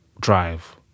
drive